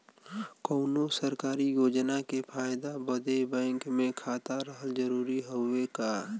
कौनो सरकारी योजना के फायदा बदे बैंक मे खाता रहल जरूरी हवे का?